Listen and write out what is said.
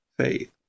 faith